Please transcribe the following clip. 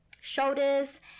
shoulders